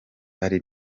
hari